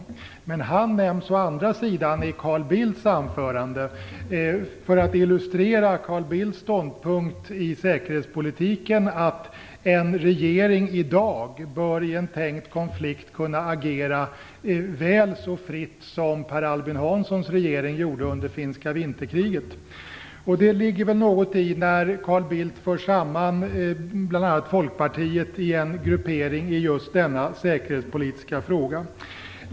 Å andra sidan nämns han i Carl Bildts anförande för att illustrera Carl Bildts ståndpunkt i säkerhetspolitiken: att en regering i dag i en trängd konflikt bör kunna agera väl så fritt som Per Albin Hanssons regering gjorde under finska vinterkriget. Det ligger väl något i det som Carl Bildt gör när han för samman bl.a. Folkpartiet i en gruppering i just denna säkerhetspolitiska fråga.